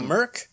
Merc